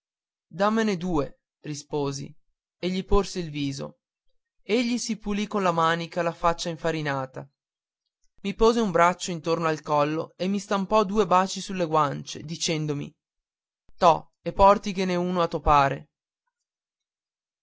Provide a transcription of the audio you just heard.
dammene due risposi e gli porsi il viso egli si pulì con la manica la faccia infarinata mi pose un braccio intorno al collo e mi stampò due baci sulle guance dicendomi tò e portighene uno a